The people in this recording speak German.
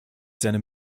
seinem